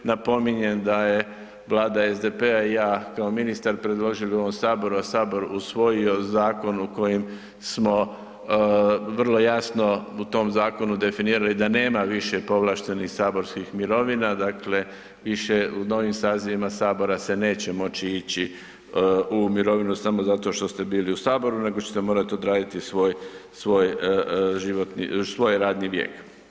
Napominjem da je Vlada SDP-a i ja kao ministar predložili u ovom Saboru, a Sabor usvojio zakon u kojim smo vrlo jasno u tom zakonu definirali da nema više povlaštenih saborskih mirovina, dakle više u novim sazivima Sabora se neće moći ići u mirovinu samo zato što ste bili u Saboru nego ćete morat odraditi svoj radni vijek.